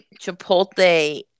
Chipotle